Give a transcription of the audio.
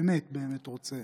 באמת באמת רוצה,